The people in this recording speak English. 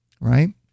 right